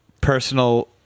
personal